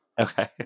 Okay